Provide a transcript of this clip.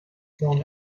don